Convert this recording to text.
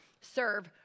serve